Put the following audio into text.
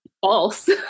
false